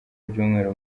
ibyumweru